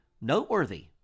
noteworthy